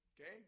okay